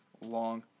Long